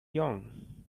young